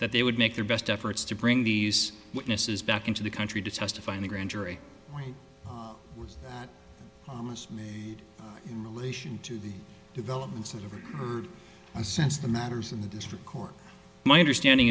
that they would make their best efforts to bring these witnesses back into the country to testify in the grand jury has made in relation to the developments of every sense the matters in the district court my understanding